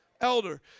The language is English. Elder